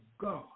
God